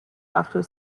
after